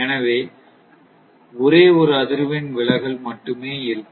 எனவே ஒரே ஒரு அதிர்வெண் விலகல் மட்டுமே இருக்கும்